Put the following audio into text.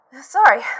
Sorry